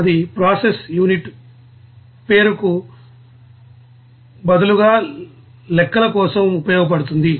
అది process unit పేరుకు బదులుగా లెక్కల కోసం ఉపయోగించబడుతుంది